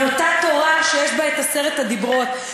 מאותה תורה שיש בה עשרת הדיברות.